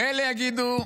ואלה יגידו: